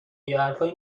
یاحرفایی